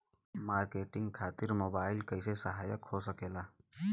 Marketing खातिर mobile कइसे सहायक हो सकेला?